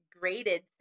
graded